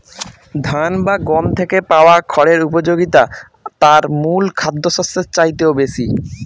ধান বা গম থেকে পাওয়া খড়ের উপযোগিতা তার মূল খাদ্যশস্যের চাইতেও বেশি